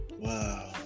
Wow